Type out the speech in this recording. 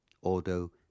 Ordo